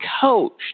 coached